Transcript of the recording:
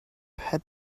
had